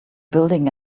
building